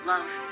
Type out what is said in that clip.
Love